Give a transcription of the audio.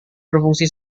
berfungsi